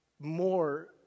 more